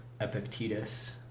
Epictetus